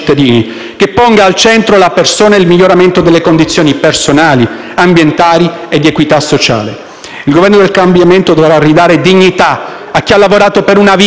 che ponga al centro la persona e il miglioramento delle condizioni personali, ambientali e di equità sociale. Il Governo del cambiamento dovrà ridare dignità a chi ha lavorato per una vita